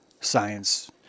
Science